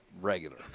Regular